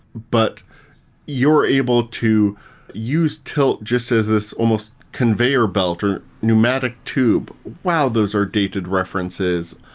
but you're able to use tilt just as this almost conveyor belt or pneumatic tube. well, those are dated references.